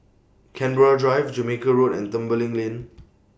Canberra Drive Jamaica Road and Tembeling Lane